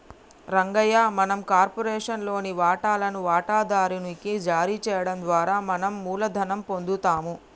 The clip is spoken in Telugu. రంగయ్య మనం కార్పొరేషన్ లోని వాటాలను వాటాదారు నికి జారీ చేయడం ద్వారా మనం మూలధనం పొందుతాము